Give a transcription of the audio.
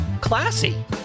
classy